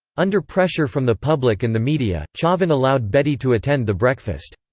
under pressure from the public and the media, chavan allowed bedi to attend the breakfast.